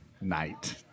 night